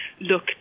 look